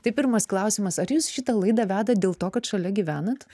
tai pirmas klausimas ar jūs šitą laidą vedat dėl to kad šalia gyvenat